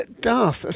Darth